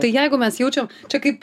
tai jeigu mes jaučiam čia kaip